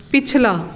ਪਿਛਲਾ